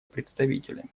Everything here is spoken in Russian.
представителями